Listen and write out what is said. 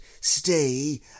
stay